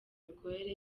imikorere